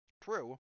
True